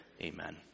Amen